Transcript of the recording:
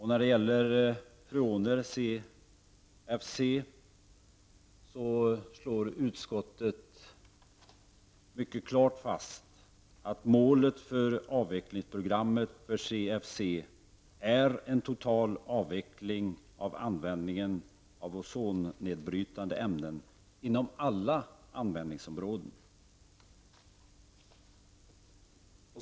När det gäller freoner, CFC, slår utskottet mycket klart fast att målet för avvecklingsprogrammet för CFC är en total avveckling av användningen av ozonnedbrytande ämnen inom alla användningsområden.